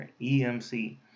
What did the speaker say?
EMC